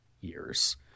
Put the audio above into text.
years